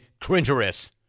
Cringerous